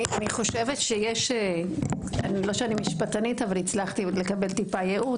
אני חושבת לא שאני משפטנית אצל קיבלתי טיפה ייעוץ